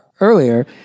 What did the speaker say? earlier